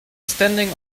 standing